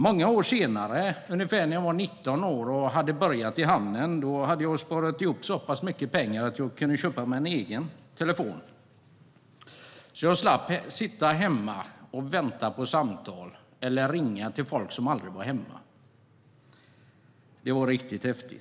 Många år senare, ungefär när jag var 19 år och hade börjat i hamnen, hade jag sparat ihop så pass mycket pengar att jag kunde köpa mig en egen telefon. Jag slapp sitta hemma och vänta på samtal eller ringa till folk som aldrig var hemma. Det var riktigt häftigt.